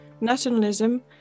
Nationalism